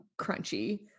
crunchy